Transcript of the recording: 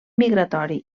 migratori